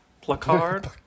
Placard